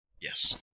Yes